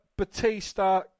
Batista